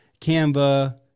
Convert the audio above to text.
Canva